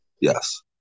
Yes